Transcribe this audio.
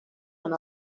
and